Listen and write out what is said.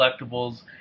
collectibles